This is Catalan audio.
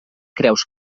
creus